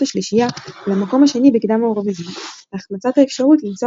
השלישייה למקום השני בקדם האירוויזיון,